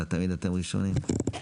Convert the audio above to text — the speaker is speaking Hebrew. בבקשה.